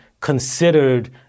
considered